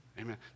Amen